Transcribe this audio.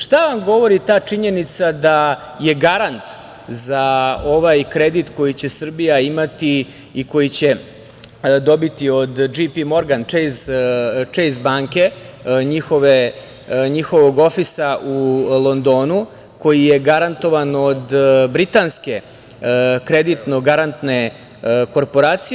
Šta vam govori ta činjenica da je garant za ovaj kredit koji će Srbija imati i koji će dobiti od "Džej Pi Morgan Čejs" banke, njihovog ofisa u Londonu, koji je garantovan od britanske kreditno-garantne korporacije?